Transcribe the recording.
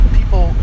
people